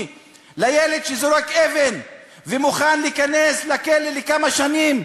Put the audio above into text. לילד שזרק אבן ומוכן להיכנס לכלא לכמה שנים,